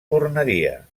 tornaria